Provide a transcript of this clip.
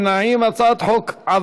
הצעת חוק הצעת חוק